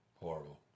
Horrible